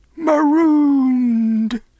Marooned